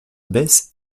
baisse